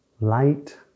light